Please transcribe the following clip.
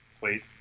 Wait